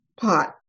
pot